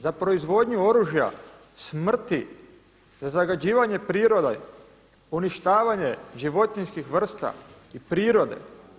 Za proizvodnju oružja, smrti, zagađivanje prirode, uništavanje životinjskih vrsta i prirode?